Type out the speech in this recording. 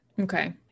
Okay